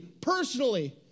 personally